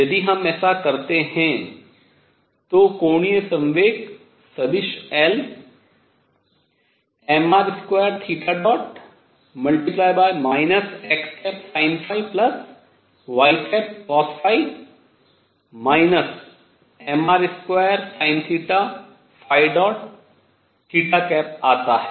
यदि हम ऐसा करते हैं तो कोणीय संवेग सदिश L mr2 xsinϕycos mr2sinθ आता है